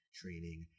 training